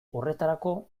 horretarako